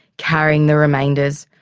carrying the remainders,